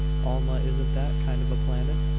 alma isn't that kind of a planet!